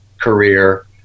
career